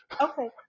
okay